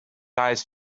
eyes